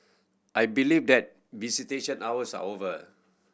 I believe that visitation hours are over